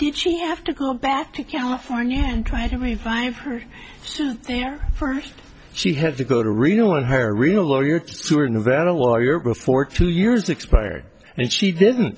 did she have to go back to california and try to me five her so there first she had to go to reno and her real lawyer to sue or nevada lawyer before two years expired and she didn't